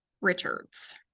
Richards